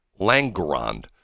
Langrand